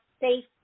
safe